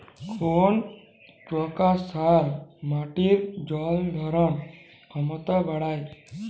কোন প্রকার সার মাটির জল ধারণ ক্ষমতা বাড়ায়?